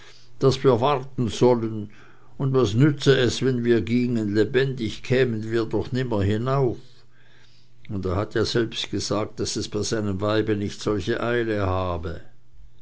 daß wir warten sollen und was nützte es wenn wir gingen lebendig kämen wir doch nimmer hinauf und er selbst hat ja gesagt daß es bei seinem weibe nicht solche eile habe